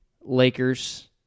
Lakers